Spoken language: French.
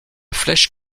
flèche